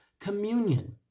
communion